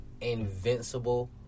Invincible